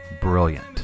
brilliant